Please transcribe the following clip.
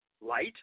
light